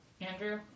Andrew